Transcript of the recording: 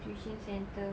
tuition centre